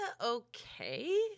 okay